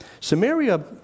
Samaria